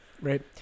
Right